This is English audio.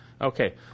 Okay